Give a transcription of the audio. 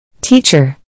Teacher